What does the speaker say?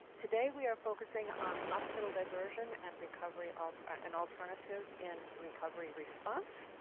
today we're focusing on hospital diversion and recovery um and alternatives in recovery response.